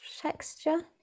texture